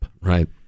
right